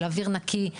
של אוויר נקי,